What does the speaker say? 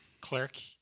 Clerk